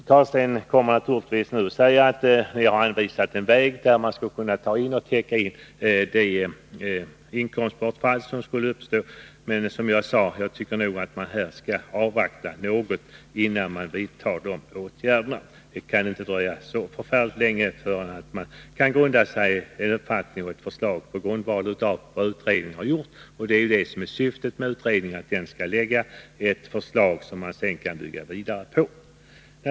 Rune Carlstein kommer naturligtvis nu att säga att socialdemokraterna har anvisat en väg för att täcka in de inkomstbortfall som skulle uppstå, men jag tycker som sagt att vi skall avvakta något, innan vi vidtar nya åtgärder. Det kan inte dröja någon längre tid innan vi kan bilda oss en uppfattning på grundval av vad utredningen har kommit fram till. Syftet med en utredning är ju att den skall lägga fram förslag som man kan bygga vidare på.